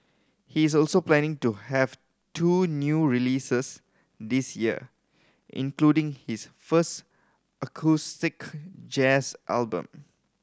he is also planning to have two new releases this year including his first acoustic jazz album